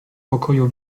pokoju